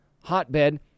hotbed